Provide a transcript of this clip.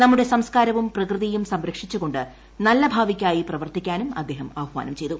നമ്മുടെ സംസ്കാരവും പ്രകൃതിയും സംരക്ഷിച്ചു കൊണ്ട് നല്ല ഭാവിക്കായി പ്രവർത്തിക്കാനും അദ്ദേഹം ആഹാനം ചെയ്തു